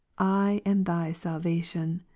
i am thy salva tion.